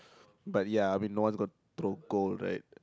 but ya I mean no one's gonna throw gold right